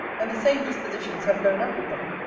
and the same dispositions have grown up with them,